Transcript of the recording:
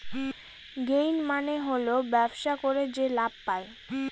gain মানে হল ব্যবসা করে যে লাভ পায়